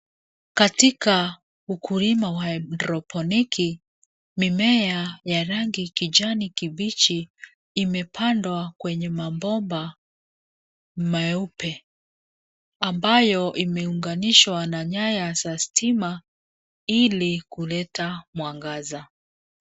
Katika ukulima wa hydroponiki. Mimea ya rangi kijani kibichi imepandwa kwenye mabomba meupe. Ambayo imeunganishwa na nyaya za stima ili kuleta mwangaza.